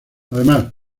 además